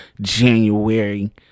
January